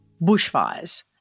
Bushfires